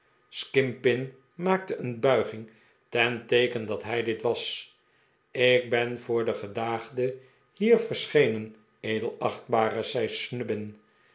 skimpin maakte een bulging ten teeken dat hij dit was ikben voor den gedaagde hier verschenen edelachtbare zei